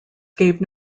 gave